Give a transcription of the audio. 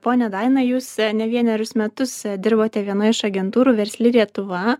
ponia daina jūs ne vienerius metus dirbote vienoj iš agentūrų versli lietuva